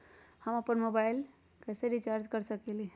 हम अपन मोबाइल कैसे रिचार्ज कर सकेली?